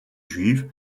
juive